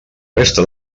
resta